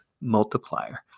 multiplier